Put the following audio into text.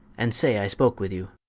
and say i spoke with you.